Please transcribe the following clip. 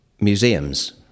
museums